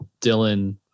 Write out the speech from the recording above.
Dylan